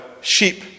sheep